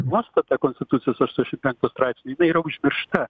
nuostata konstitucijos aštuoniasdešimt penktą straipsnį yra užmiršta